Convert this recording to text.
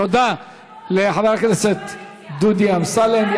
תודה לחבר הכנסת דודי אמסלם.